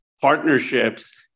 partnerships